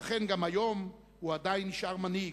אכן, גם היום, עדיין, הוא נשאר מנהיג.